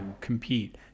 compete